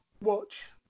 Watch